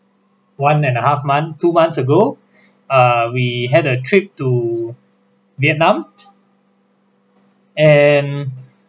one and a half month two months ago uh we had a trip to vietnam and